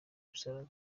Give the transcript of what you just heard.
imisaraba